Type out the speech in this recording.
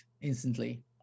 instantly